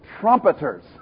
trumpeters